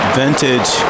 vintage